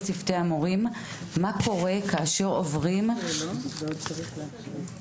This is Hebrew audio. מה קורה כשהכיתה עוברת ללמידה משולבת,